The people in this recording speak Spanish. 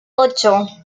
ocho